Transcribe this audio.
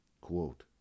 Quote